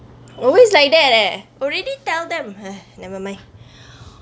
always like that leh already tell them !hais! never mind